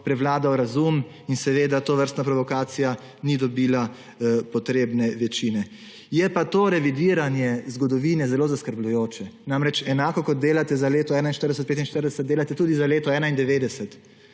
prevladal razum in seveda tovrstna provokacija ni dobila potrebne večine. Je pa to revidiranje zgodovine zelo zaskrbljujoče. Enako kot delate za leta 1941–1945, delate tudi za leto 1991.